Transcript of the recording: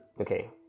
Okay